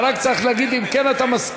אתה רק צריך להגיד לי אם אתה מסכים,